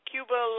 Cuba